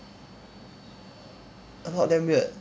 a lot damn weird